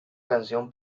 canción